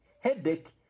headache